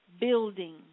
Building